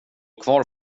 kvar